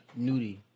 Nudie